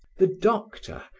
the doctor,